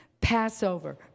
Passover